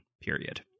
period